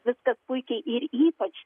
viskas puikiai ir ypač